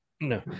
No